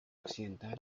occidental